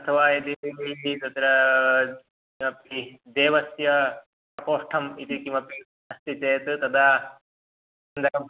अथवा यदि तत्र किमपि देवस्य प्रकोष्ठम् इति किमपि अस्ति चेत् तदा सुन्दरम्